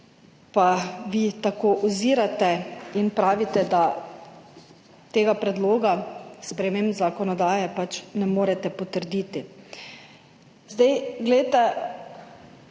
vi tako ozirate in pravite, da tega predloga sprememb zakonodaje pač ne morete potrditi.